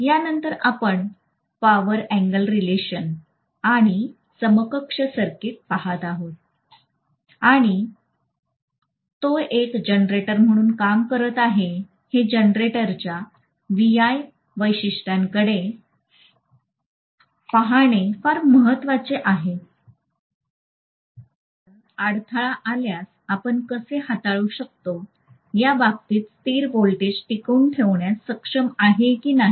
त्यानंतर आपण power angle relation आणि समकक्ष सर्किट पहात आहोत आणि कारण तो एक जनरेटर म्हणून काम करत आहे हे जनरेटरच्या VI वैशिष्ट्यांकडे पाहणे फार महत्वाचे आहे की अडथळा आल्यास आपण कसे हाताळू शकतो या बाबतीत स्थिर व्होल्टेज टिकवून ठेवण्यास सक्षम आहे की नाही